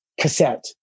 cassette